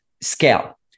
scale